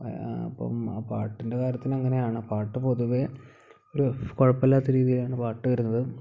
അപ്പം ആ പാട്ടിൻ്റെ കാര്യത്തിന് അങ്ങനെയാണ് പാട്ട് പൊതുവേ ഒരു കുഴപ്പമില്ലാത്ത രീതിയിലാണ് പാട്ട് വരുന്നത്